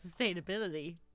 sustainability